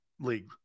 League